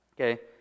okay